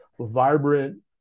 vibrant